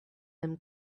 them